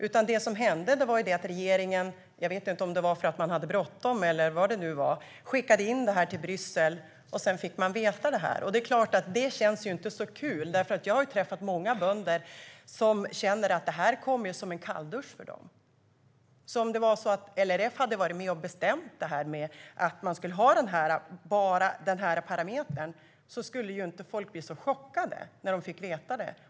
Jag vet inte om det berodde på att regeringen hade bråttom eller vad det nu var, men det som hände var att regeringen skickade in detta till Bryssel, och sedan fick bönderna veta det. Det är klart att det inte känns så kul. Jag har träffat många bönder som känner att detta kom som en kalldusch för dem. Om LRF hade varit med och bestämt att man bara skulle ha denna parameter skulle inte folk ha blivit så chockade när de fick veta det.